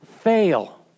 fail